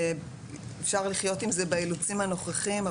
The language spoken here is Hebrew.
אפשר לחיות עם זה באילוצים הנוכחיים.